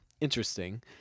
interesting